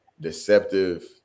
deceptive